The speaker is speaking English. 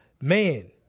Man